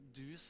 du